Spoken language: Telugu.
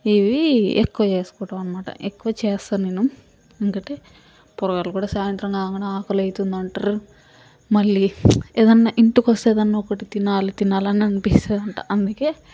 ఇవి ఎక్కువ చేసుకుంటాం అనమాట ఎక్కువ చేస్తా నేను ఎందుకంటే పోరగాళ్ళు కూడ సాయంత్రం కాగనే ఆకలి అయితుందంటరు మళ్ళీ ఇంటికొస్తే ఏదన్న ఒకటి తినాలి తినాలి అని అనిపిస్తదంట అందుకే